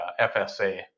FSA